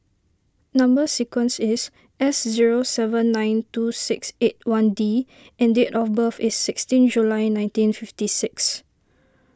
Number Sequence is S zero seven nine two six eight one D and date of birth is sixteen July nineteen fifty six